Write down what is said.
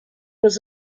was